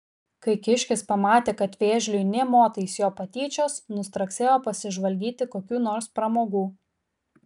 kai kiškis pamatė kad vėžliui nė motais jo patyčios nustraksėjo pasižvalgyti kokių nors pramogų